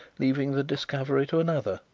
leaving the discovery to another.